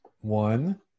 One